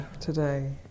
today